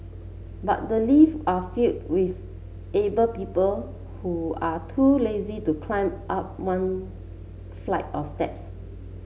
but the lift are filled with able people who are too lazy to climb up one flight of steps